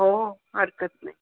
हो हरकत नाही